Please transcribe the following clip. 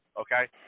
okay